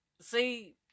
see